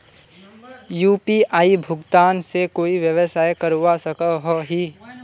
UPI भुगतान से कोई व्यवसाय करवा सकोहो ही?